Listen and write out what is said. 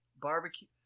barbecue –